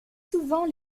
souvent